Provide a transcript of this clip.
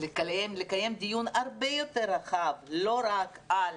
לקיים דיון הרבה יותר רחב, לא רק על